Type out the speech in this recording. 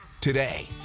today